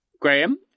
Graham